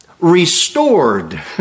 restored